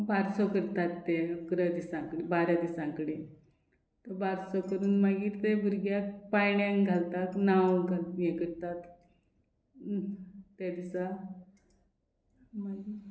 बारसो करतात ते इकरा दिसांक बारा दिसां कडेन तो बारसो करून मागीर ते भुरग्याक पायण्याक घालतात नांव हे करतात त्या दिसा मागीर